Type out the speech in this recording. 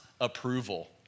approval